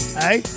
hey